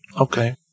okay